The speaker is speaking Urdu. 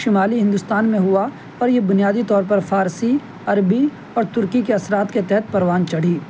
شمالی ہندوستان میں ہوا اور یہ بنیادی طور پر فارسی عربی اور ترکی کے اثرات کے تحت پروان چڑھی